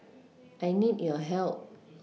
I need your help